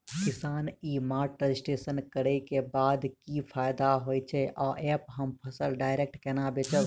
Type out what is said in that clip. किसान e mart registration करै केँ बाद की फायदा होइ छै आ ऐप हम फसल डायरेक्ट केना बेचब?